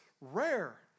rare